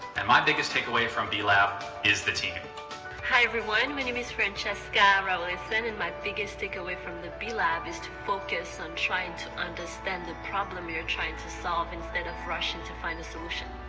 and my biggest takeaway from b-lab is the hi, everyone. my name is francesca raoelison. and my biggest takeaway from the b-lab is to focus on trying to understand the problem you're trying to solve instead of rushing to find a solution.